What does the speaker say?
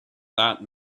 that